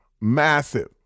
Massive